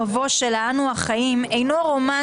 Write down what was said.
במקור היה "בין קרובים"